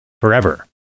forever